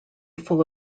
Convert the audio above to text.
full